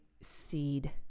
seed